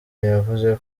yavuze